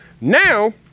Now